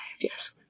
yes